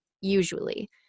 usually